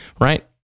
right